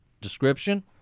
description